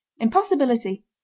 Impossibility